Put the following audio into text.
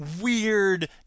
weird